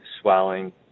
swelling